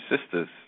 sisters